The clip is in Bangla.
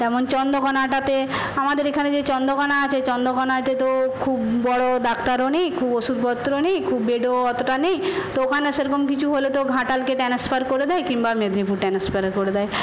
যেমন চন্দ্রকোনাতে আমাদের এখানে যে চন্দ্রকোণা আছে চন্দ্রকোণায় তো খুব বড়ো ডাক্তারও নেই খুব ওষুধপত্র নেই খুব বেডও অতটা নেই তো ওখানে সেরকম কিছু হলে তো ঘাটালকে ট্রান্সফার করে দেয় কিংবা মেদিনীপুর ট্রান্সফার করে দেয়